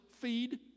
feed